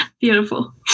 Beautiful